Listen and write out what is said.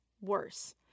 worse